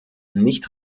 nicht